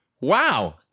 Wow